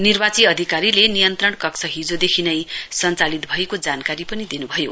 निर्वाची अधिकारीले नियन्त्रण कक्ष हिजोदेखि नै सञ्चालित भएको खडा जानकारी पनि दिनुभयो